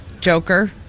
Joker